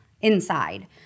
inside